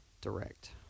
Direct